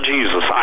Jesus